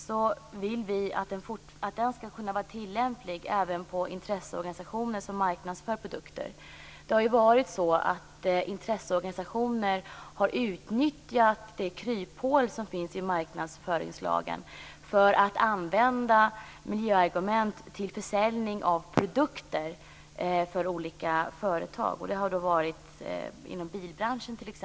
Vi vill också att marknadsföringslagen skall kunna vara tillämplig även på intresseorganisationer som marknadsför produkter. Det har ju varit så att intresseorganisationer har utnyttjat de kryphål som finns i marknadsföringslagen för att använda miljöargument vid försäljning av produkter från olika företag. Det har varit t.ex. inom bilbranschen.